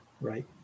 right